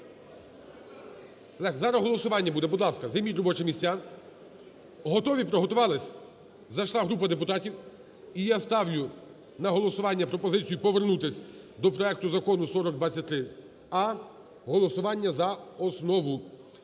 Олег, зараз голосування буде. Будь ласка, займіть робочі місця. Готові, приготувалися? Зайшла група депутатів, і я ставлю на голосування пропозицію повернутися до проекту Закону 4023а голосування за основу.